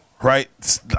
Right